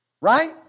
Right